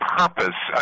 purpose